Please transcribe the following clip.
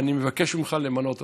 אני מבקש ממך למנות אותו.